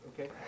okay